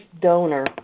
donor